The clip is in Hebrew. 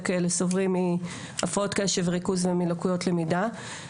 כלא סובלים מהפרעות קשב וריכוז ומלקויות למידה.